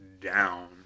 down